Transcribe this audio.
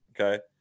okay